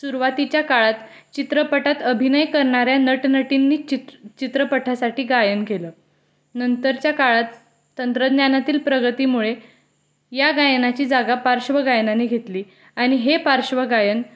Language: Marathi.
सुरवातीच्या काळात चित्रपटात अभिनय करणाऱ्या नटनटींनी चित्र चित्रपटासाठी गायन केलं नंतरच्या काळात तंत्रज्ञानातील प्रगतीमुळे या गायनाची जागा पार्श्वगायनाने घेतली आणि हे पार्श्वगायन